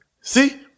See